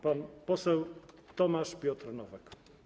Pan poseł Tomasz Piotr Nowak.